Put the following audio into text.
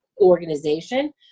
organization